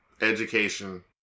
education